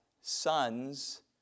sons